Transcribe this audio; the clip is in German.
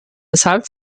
weshalb